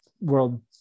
world